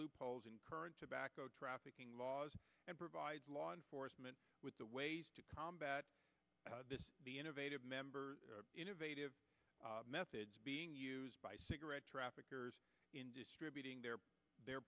loopholes in current tobacco trafficking laws and provides law enforcement with the ways to combat the innovative member innovative methods being used by cigarette traffickers in distributing their the